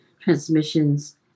transmissions